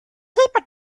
people